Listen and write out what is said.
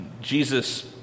Jesus